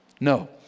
No